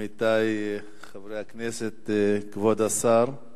עמיתי חברי הכנסת, כבוד השר,